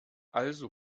also